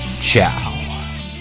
ciao